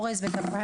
אורז ותפוחי